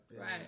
right